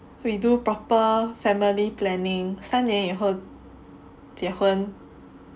we do proper family planning 三年以后结婚